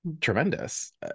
tremendous